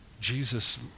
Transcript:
Jesus